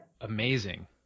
Amazing